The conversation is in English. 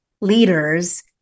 leaders